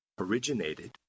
originated